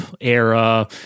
era